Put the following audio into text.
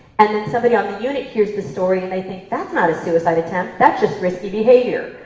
and then somebody on the unit hears the story and they think, that's not a suicide attempt, that's just risky behavior.